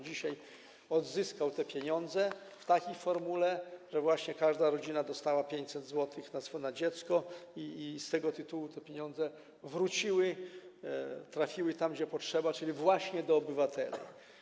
Dzisiaj odzyskał te pieniądze w takiej formule, że właśnie każda rodzina dostała 500 zł na dziecko i z tego tytułu te pieniądze wróciły i trafiły tam, gdzie potrzeba, czyli właśnie do obywatela.